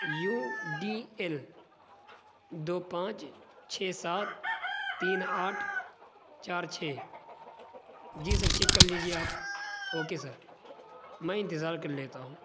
you D L دو پانچ چھ سات تین آٹھ چار چھ جی سر چیک کر لیجیے آپ اوکے سر میں انتظار کر لیتا ہوں